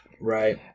right